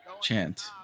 chant